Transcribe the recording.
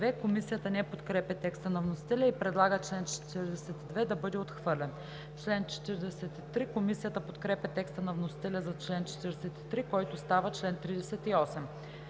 Комисията не подкрепя текста на вносителя и предлага чл. 42 да бъде отхвърлен. Комисията подкрепя текста на вносителя за чл. 43, който става чл. 38.